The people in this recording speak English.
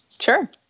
Sure